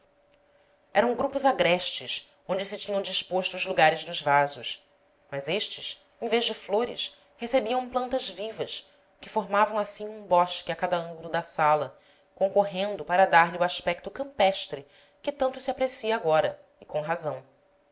eram grupos agrestes onde se tinham disposto os lugares dos vasos mas estes em vez de flores recebiam plantas vivas que formavam assim um bosque a cada ângulo da sala concorrendo para dar-lhe o aspecto campestre que tanto se aprecia agora e com razão